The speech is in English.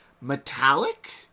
metallic